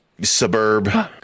suburb